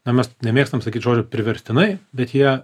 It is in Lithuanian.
na mes nemėgstam sakyt žodžio priverstinai bet jie